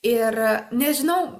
ir nežinau